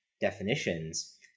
definitions